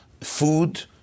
food